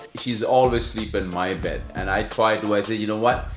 she's always sleep in my bed, and i try to, i say, you know what?